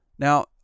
Now